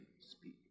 speak